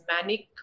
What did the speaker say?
manic